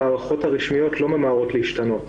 המערכות הרשמיות לא ממהרות להשתנות.